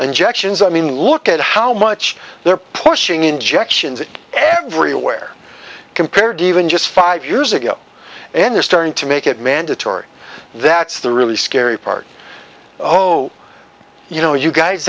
injections i mean look at how much they're pushing injections it everywhere compared to even just five years ago and they're starting to make it mandatory that's the really scary part oh you know you guys